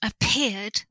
appeared